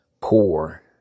poor